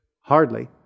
Hardly